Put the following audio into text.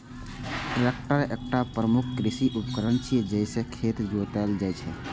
tractor एकटा प्रमुख कृषि उपकरण छियै, जइसे खेत जोतल जाइ छै